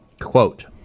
Quote